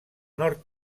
nord